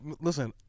listen